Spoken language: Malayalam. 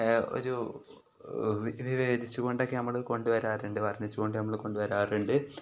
ഒരു വിവേദിച്ച് കൊണ്ടൊക്കെ നമ്മൾ കൊണ്ട് വരാറുണ്ട് വർണിച്ചുകൊണ്ട് നമ്മൾ കൊണ്ട് വരാറുണ്ട്